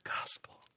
gospel